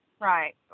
right